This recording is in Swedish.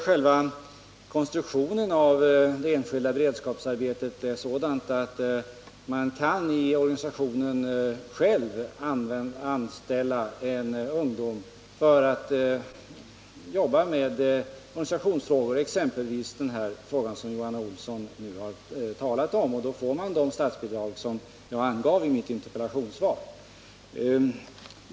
Nu är ju konstruktionen av det enskilda beredskapsarbetet sådan att man i organisationen kan anställa en ung människa för att arbeta med organisationsfrågor, exempelvis den fråga som Johan Olsson talat om. Då lämnas också de statsbidrag som jag nämnde i mitt interpellationssvar.